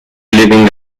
living